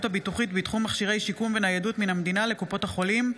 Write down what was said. הביטוחית בתחום מכשירי שיקום וניידות מן המדינה לקופות החולים),